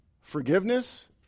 forgiveness